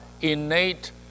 innate